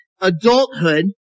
adulthood